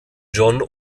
john